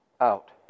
out